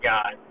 God